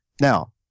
Now